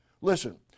Listen